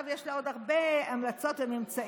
יש לה עוד הרבה המלצות וממצאים,